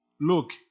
look